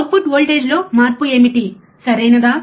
output వోల్టేజ్లో మార్పు ఏమిటి సరియైనదా